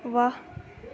ਵਾਹ